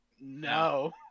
No